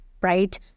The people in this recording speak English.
right